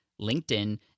LinkedIn